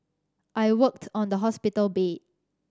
I worked on the hospital bed